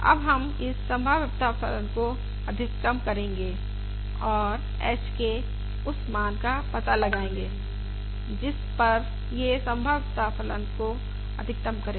अब हम इस संभाव्यता फलन को अधिकतम करेंगे और h के उस मान का पता लगाएंगे जिस पर यह संभाव्यता फलन को अधिकतम करें